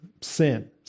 sin